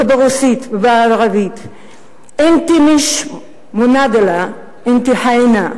ברוסית ובערבית (אומרת דברים בשפה הערבית ובשפה הרוסית).